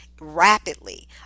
rapidly